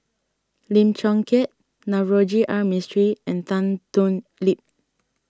Lim Chong Keat Navroji R Mistri and Tan Thoon Lip